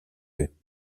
eux